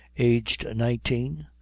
aged nineteen,